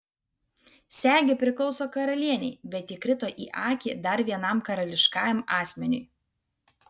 segė priklauso karalienei bet ji krito į akį dar vienam karališkajam asmeniui